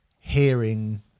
hearing